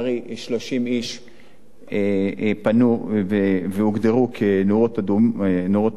30 איש פנו והוגדרו כאורות אדומים,